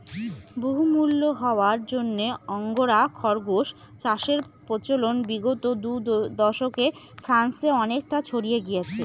বহুমূল্য হওয়ার জন্য আঙ্গোরা খরগোস চাষের প্রচলন বিগত দু দশকে ফ্রান্সে অনেকটা ছড়িয়ে গিয়েছে